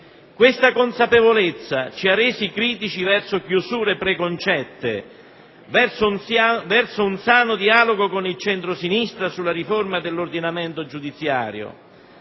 Questa consapevolezza ci ha reso critici verso chiusure preconcette ed aperti ad un sano dialogo con il centro‑sinistra sulla riforma dell'ordinamento giudiziario.